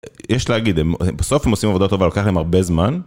יש להגיד הם בסוף עושים עבודה טובה לוקח להם הרבה זמן.